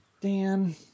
Dan